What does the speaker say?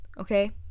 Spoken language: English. okay